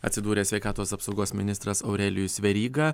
atsidūrė sveikatos apsaugos ministras aurelijus veryga